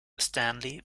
stanley